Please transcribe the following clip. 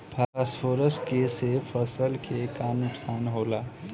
Phosphorus के से फसल के का नुकसान होला?